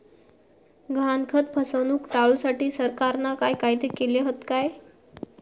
गहाणखत फसवणूक टाळुसाठी सरकारना काय कायदे केले हत काय?